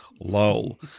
Lol